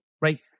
right